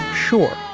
sure,